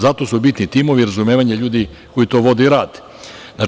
Zato su bitni timovi i razumevanje ljudi koji to vode i rade.